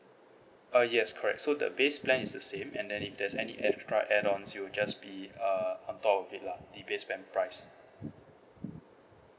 uh yes correct so the base plan is the same and then if there's any extra add ons it'll just be uh on top of it lah the base plan price